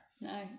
No